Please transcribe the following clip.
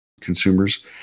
consumers